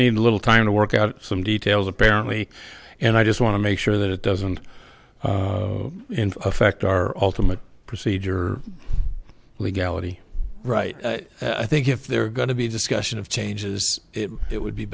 need a little time to work out some details apparently and i just want to make sure that it doesn't affect our ultimate procedure legality right i think if they're going to be discussion of changes it would be